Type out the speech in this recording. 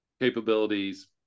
capabilities